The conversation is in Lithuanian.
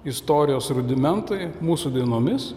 istorijos rudimentai mūsų dienomis